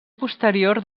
posterior